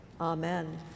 amen